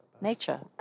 nature